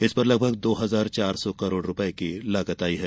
इस पर लगभग दो हजार चार सौ करोड़ रुपये की लागत आई है